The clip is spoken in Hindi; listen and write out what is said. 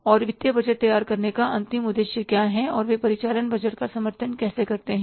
और वित्तीय बजट तैयार करने का अंतिम उद्देश्य क्या है और वे परिचालन बजट का समर्थन कैसे करते हैं